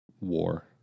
War